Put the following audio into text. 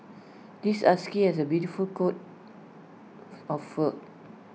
this husky has A beautiful coat of fur